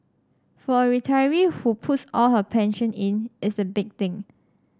for a retiree who puts all her pension in it's a big thing